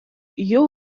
jau